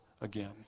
again